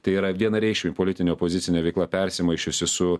tai yra vienareikšmė politinė opozicinė veikla persimaišiusi su